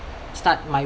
start my